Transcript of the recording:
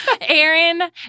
aaron